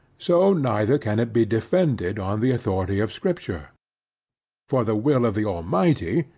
so neither can it be defended on the authority of scripture for the will of the almighty,